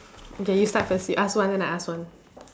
okay you start first you ask one then I ask one